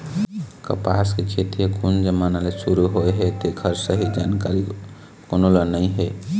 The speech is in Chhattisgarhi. कपसा के खेती ह कोन जमाना ले सुरू होए हे तेखर सही जानकारी कोनो ल नइ हे